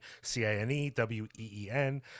C-I-N-E-W-E-E-N